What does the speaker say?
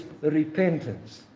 repentance